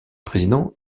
président